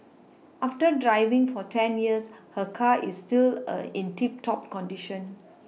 after driving for ten years her car is still a in tip top condition